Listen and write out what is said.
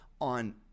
on